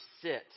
sit